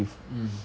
mm